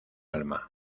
alma